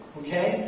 okay